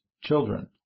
children